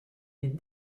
est